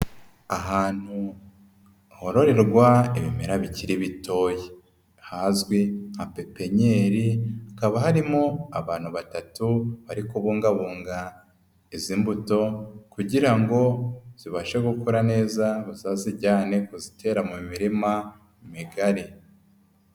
Ahantu hororerwa ibimera bikiri bitoya, hazwi nka pepinyeri hakaba harimo abantu batatu bari kubungabunga izi mbuto kugira ngo zibashe gukora neza, bazazijyane ku zitera mu mirima migari.